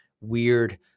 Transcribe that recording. weird